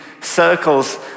circles